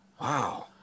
Wow